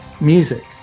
music